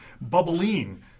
bubbling